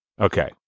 Okay